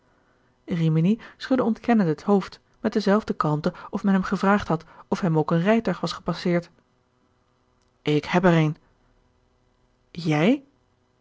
rimini schudde ontkennend het hoofd met dezelfde kalmte of men hem gevraagd had of hem ook een rijtuig was gepasseerd ik heb er een jij